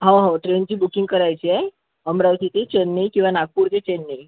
हो हो ट्रेनची बुकिंग करायची आहे अमरावती ते चेन्नई किंवा नागपूर ते चेन्नई